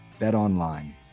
BetOnline